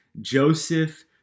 Joseph